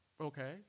Okay